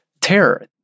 terror